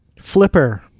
Flipper